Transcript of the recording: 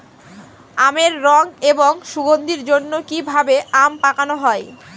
আমের রং এবং সুগন্ধির জন্য কি ভাবে আম পাকানো হয়?